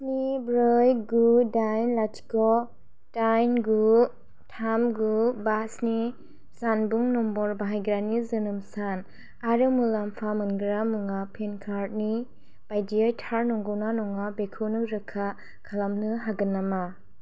स्नि ब्रै गु दाइन लाथिख' दाइन गु थाम गु बा स्नि जानबुं नम्बर बाहायग्रानि जोनोम सान आरो मुलाम्फा मोनग्रा मुङा पेन कार्डनि बायदियै थार नंगौना नङा बेखौ नों रोखा खालामनो हागोन नामा